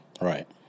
Right